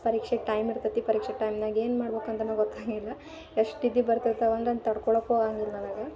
ಪರೀಕ್ಷೆ ಟೈಮ್ ಇರ್ತತಿ ಪರೀಕ್ಷೆ ಟೈಮ್ನಾಗ ಏನು ಮಾಡ್ಬೇಕಂತಲೂ ಗೊತ್ತಾಗಿಲ್ಲ ಎಷ್ಟು ನಿದ್ದೆ ಬರ್ತೈತವೆ ಅಂದರೆ ತಡ್ಕೊಳ್ಳಕ್ಕೂ ಆಗಂಗಿಲ್ಲ ನನಗೆ